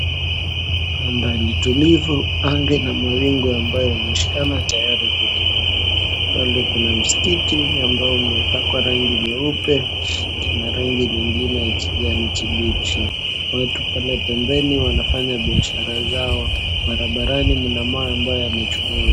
Mandhari tulivu, anga ina mawingu ambayo yameshikana tayari kunyea. Pale kuna msikiti ambao umepakwa rangi nyeupe na rangi nyingine ya kijani kibichi. Watu pale pembeni wanafanya biashara zao. Barabarani mna mawe ambayo yamechomoza.